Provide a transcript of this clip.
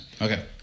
Okay